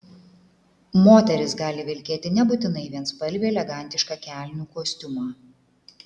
moteris gali vilkėti nebūtinai vienspalvį elegantišką kelnių kostiumą